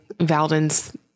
Valden's